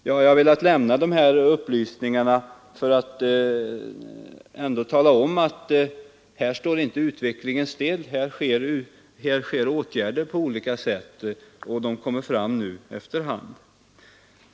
Jag har velat lämna dessa upplysningar för att tala om att utvecklingen inte står still; här vidtas åtgärder på olika sätt, och resultatet kommer fram efter hand.